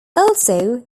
also